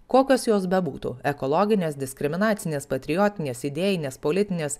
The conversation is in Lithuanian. kokios jos bebūtų ekologinės diskriminacinės patriotinės idėjinės politinės